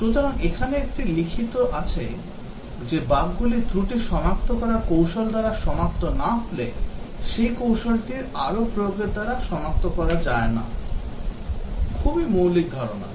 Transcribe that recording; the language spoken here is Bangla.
সুতরাং এখানে এটি লিখিত আছে যে বাগগুলি ত্রুটি সনাক্ত করার কৌশল দ্বারা সনাক্ত না হলে সেই কৌশলটির আরও প্রয়োগের দ্বারা সনাক্ত করা যায় না খুবই মৌলিক ধারণা